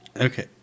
Okay